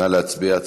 נא להצביע.